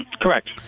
Correct